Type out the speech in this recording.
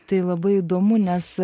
tai labai įdomu nes